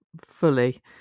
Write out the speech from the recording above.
fully